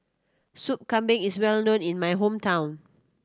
Soup Kambing is well known in my hometown